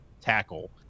tackle